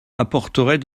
apporterait